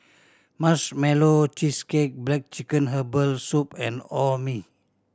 Marshmallow Cheesecake black chicken herbal soup and Orh Nee